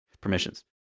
permissions